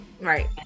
Right